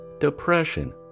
depression